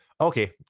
Okay